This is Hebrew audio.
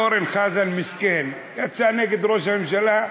אורן חזן מסכן, יצא נגד ראש הממשלה,